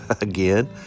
again